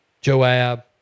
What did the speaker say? Joab